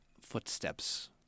footsteps